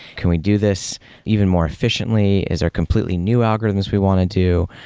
can we do this even more efficiently? is there completely new algorithms we want to do?